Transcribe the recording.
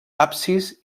absis